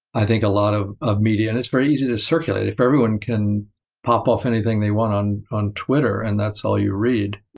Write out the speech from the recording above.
i think, of a lot of of media. and it's very easy to circulate. if everyone can pop off anything they want on on twitter, and that's all you read,